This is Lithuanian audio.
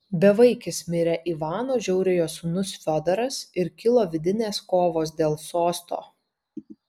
bevaikis mirė ivano žiauriojo sūnus fiodoras ir kilo vidinės kovos dėl sosto